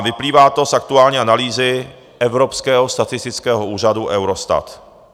Vyplývá to z aktuální analýzy evropského statistického úřadu Eurostat.